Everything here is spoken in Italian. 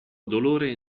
dolore